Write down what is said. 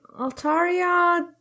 Altaria